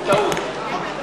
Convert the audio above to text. בטעות.